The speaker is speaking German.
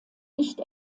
nicht